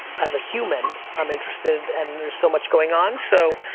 as a human, i'm interested, and there's so much going on. so,